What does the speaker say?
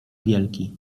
wielki